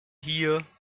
hier